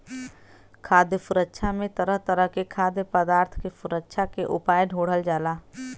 खाद्य सुरक्षा में तरह तरह के खाद्य पदार्थ के सुरक्षा के उपाय ढूढ़ल जाला